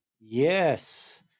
yes